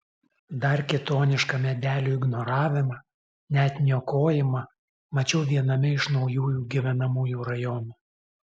dar kitonišką medelių ignoravimą net niokojimą mačiau viename iš naujųjų gyvenamųjų rajonų